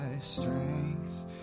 strength